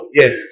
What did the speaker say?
yes